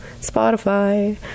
Spotify